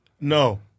No